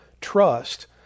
trust